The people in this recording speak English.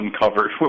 uncovered